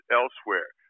elsewhere